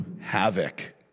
Havoc